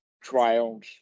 Trials